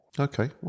Okay